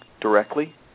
Directly